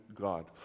God